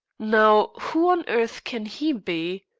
now, who on earth can he be?